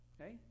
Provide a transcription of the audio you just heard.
okay